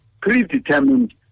predetermined